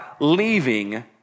leaving